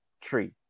tree